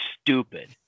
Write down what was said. stupid